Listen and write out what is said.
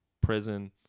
prison